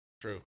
True